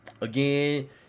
Again